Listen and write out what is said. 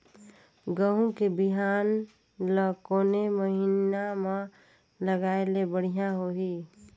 गहूं के बिहान ल कोने महीना म लगाय ले बढ़िया होही?